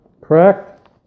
Correct